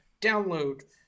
download